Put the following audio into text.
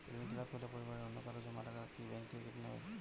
ঋণখেলাপি হলে পরিবারের অন্যকারো জমা টাকা ব্যাঙ্ক কি ব্যাঙ্ক কেটে নিতে পারে?